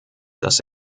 das